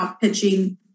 pitching